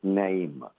name